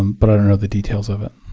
um but i don't know the details of it.